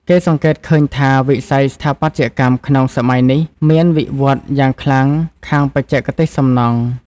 គេសង្កេតឃើញថា វិស័យស្ថាបត្យកម្មក្នុងសម័យនេះមាន វិវឌ្ឍន៍យ៉ាងខ្លាំងខាងបច្ចេកទេសសំណង់។